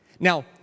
Now